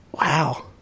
Wow